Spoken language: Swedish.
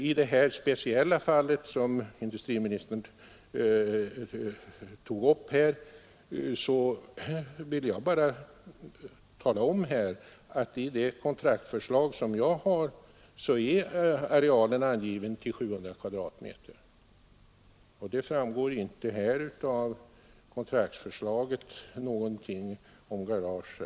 I det speciella fall som industriministern här tog upp vill jag säga, att i den avskrift av kontraktförslag som jag har i min hand är arealen angiven till 700 m?. Av kontraktsförslaget framgår i det fallet inte någonting om garage.